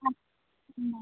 ആ